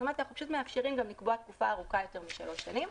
זאת אומרת שאנחנו פשוט מאפשרים לקבוע תקופה ארוכה יותר משלוש שנים,